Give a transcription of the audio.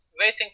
waiting